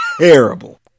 terrible